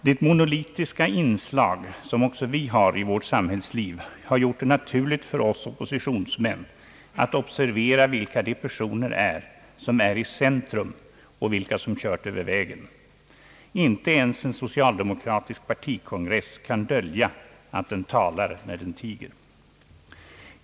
Det monolitiska inslag som också vi har i vårt samhällsliv har gjort det naturligt för oss oppositionsmän att observera, vilka de personer är som står i centrum och vilka som kört över vägen. Inte ens en socialdemokratisk partikongress kan dölja att den talar när den tiger.